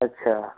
अच्छा